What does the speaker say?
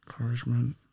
Encouragement